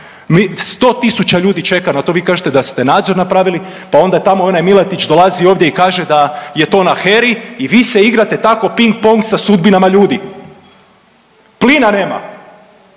100.000 ljudi čeka na to, vi kažete da ste nadzor napravili, pa onda tamo onaj Miletić dolazi ovdje i kaže da je to na HERI i vi se igrate tako ping pong sa sudbinama ljudi. Plina nema.